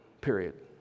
period